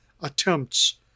attempts